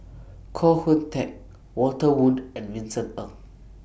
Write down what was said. Koh Hoon Teck Walter Woon and Vincent Ng